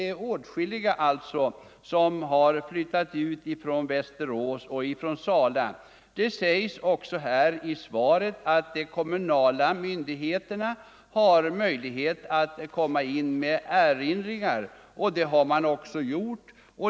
Åtskilliga har också flyttat ut från Västerås och Sala. Det sägs vidare i svaret att de kommunala myndigheterna har möjlighet att komma in med erinringar, vilket man också har gjort.